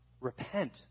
repent